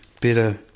better